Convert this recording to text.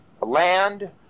land